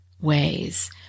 ways